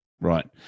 Right